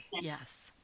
yes